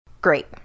Great